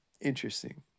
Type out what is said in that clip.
interesting